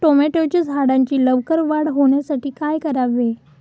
टोमॅटोच्या झाडांची लवकर वाढ होण्यासाठी काय करावे?